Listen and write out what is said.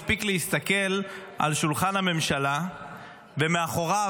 מספיק להסתכל על שולחן הממשלה ומאחוריו